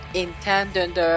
intended